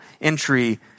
entry